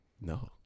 No